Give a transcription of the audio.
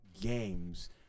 games